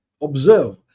observe